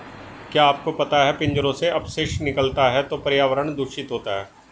क्या आपको पता है पिंजरों से अपशिष्ट निकलता है तो पर्यावरण दूषित होता है?